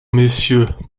messieurs